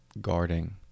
guarding